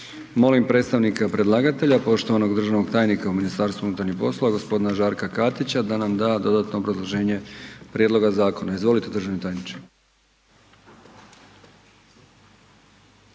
Molim predstavnika predlagatelja poštovanog državnog tajnika u MUP-u gospodina Žarka Katića da nam da dodatno obrazloženje prijedloga zakona. Izvolite državni tajniče.